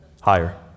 Higher